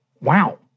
wow